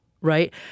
right